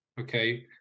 okay